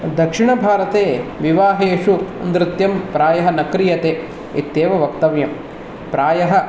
दक्षिणभारते विवाहेषु नृत्यं प्रायः न क्रियते इत्येव वक्तव्यम् प्रायः